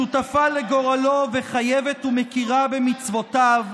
שותפה לגורלו וחייבת ומכירה במצוותיו.